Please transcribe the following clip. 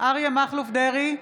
אריה מכלוף דרעי,